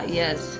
yes